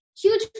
huge